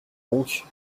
donc